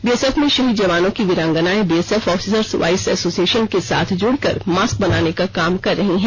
BSF में शहीद जानों की वीरांगनाएं बीएसएफ ऑफिसर्स वाइव्स एसोसिएषन के साथ जुड़कर मास्क बनाने का काम कर रही हैं